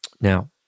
Now